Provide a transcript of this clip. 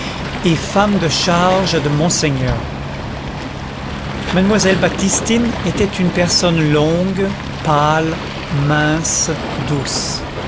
et femme de charge de monseigneur mademoiselle baptistine était une personne longue pâle mince douce